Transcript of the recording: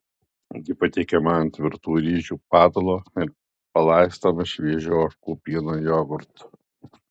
ji patiekiama ant virtų ryžių patalo ir palaistoma šviežiu ožkų pieno jogurtu